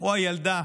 או הילדה